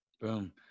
boom